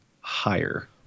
higher